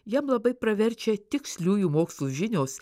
jam labai praverčia tiksliųjų mokslų žinios